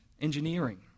engineering